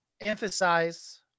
Emphasize